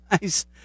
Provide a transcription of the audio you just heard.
guys